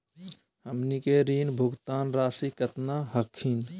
हमनी के ऋण भुगतान रासी केतना हखिन?